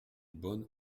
bon